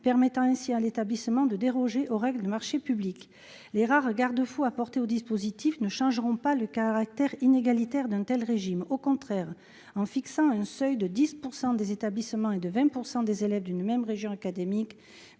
permettra à l'établissement de déroger aux règles des marchés publics. Les rares garde-fous apportés au dispositif ne changeront pas le caractère inégalitaire d'un tel régime. Au contraire, en fixant un seuil de 10 % des établissements et de 20 % des élèves d'une même région académique